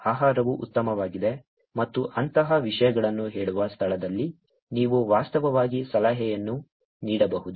ಆಹಾರವು ಉತ್ತಮವಾಗಿದೆ ಮತ್ತು ಅಂತಹ ವಿಷಯಗಳನ್ನು ಹೇಳುವ ಸ್ಥಳದಲ್ಲಿ ನೀವು ವಾಸ್ತವವಾಗಿ ಸಲಹೆಯನ್ನು ನೀಡಬಹುದು